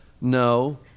No